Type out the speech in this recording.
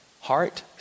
heart